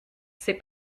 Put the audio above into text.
c’est